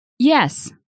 Yes